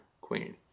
queen